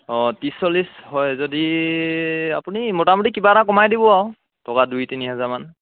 অঁ ত্ৰিছ চল্লিছ হয় যদি আপুনি মুটা মুটি কিবা এটা কমাই দিব আৰু টকা দুই তিনি হেজাৰ মান